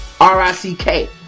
R-I-C-K